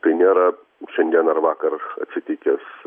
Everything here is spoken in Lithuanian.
tai nėra šiandien ar vakar atsitikęs